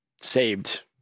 saved